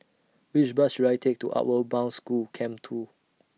Which Bus should I Take to Outward Bound School Camp two